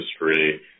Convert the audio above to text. industry